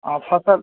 आ फसल